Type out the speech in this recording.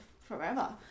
forever